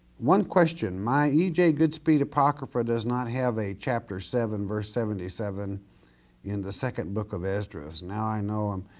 one question my e. j. goodspeed apocrypha does not have a chapter seven verse seventy seven in the second book of esdras. now i know i'm,